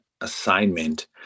assignment